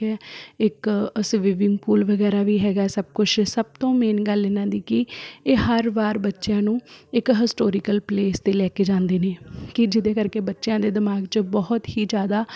ਇੱਕ swimming pool ਵਗੈਰਾ ਵੀ ਹੈਗਾ ਸਭ ਕੁਛ ਸਭ ਤੋਂ ਮੇਨ ਗੱਲ ਇਹਨਾਂ ਦੀ ਕਿ ਇਹ ਹਰ ਵਾਰ ਬੱਚਿਆਂ ਨੂੰ ਇੱਕ ਹਿਸਟੋਰੀਕਲ ਪਲੇਸ 'ਤੇ ਲੈ ਕੇ ਜਾਂਦੇ ਨੇ ਕਿ ਜਿਹਦੇ ਕਰਕੇ ਬੱਚਿਆਂ ਦੇ ਦਿਮਾਗ਼ 'ਚ ਬਹੁਤ ਹੀ ਜ਼ਿਆਦਾ